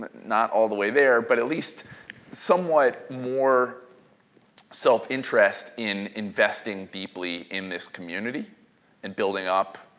not all the way there, but at least somewhat more self-interest in investing deeply in this community and building up